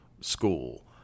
school